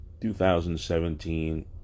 2017